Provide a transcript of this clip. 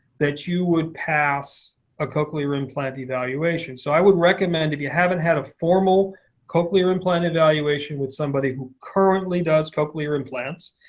that you would pass a cochlear implant evaluation. so i would recommend, if you haven't had a formal cochlear implant evaluation with somebody who currently does cochlear implants.